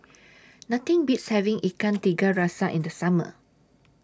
Nothing Beats having Ikan Tiga Rasa in The Summer